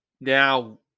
now